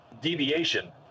deviation